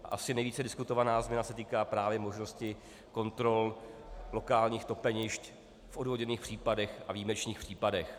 Asi nejvíce diskutovaná změna se týká právě možnosti kontrol lokálních topenišť v odůvodněných případech a výjimečných případech.